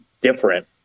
different